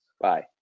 Bye